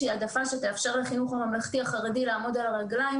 שתאפשר לחינוך הממלכתי-החרדי לעמוד על הרגליים